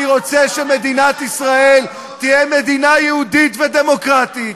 אני רוצה שמדינת ישראל תהיה מדינה יהודית ודמוקרטית,